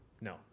No